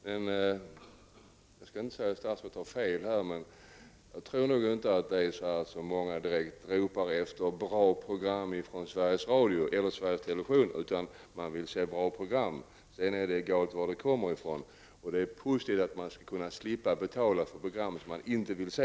Jag skall inte säga att statsrådet har fel, men jag tror inte att det är så att många ropar efter bra program från just Sveriges Radio eller Sveriges Television. Man vill se bra program, men sedan är det egalt var programmen kommer från. Det är positivt att framöver kunna slippa betala för program som man inte vill se.